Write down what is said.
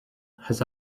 has